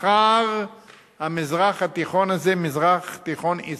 מחר המזרח התיכון הזה מזרח תיכון אסלאמיסטי,